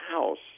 house